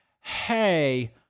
hey